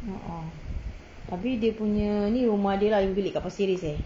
(uh huh) tapi dia punya ni rumah dia lah lima bilik kat pasir ris eh